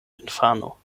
infano